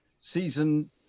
season